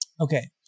Okay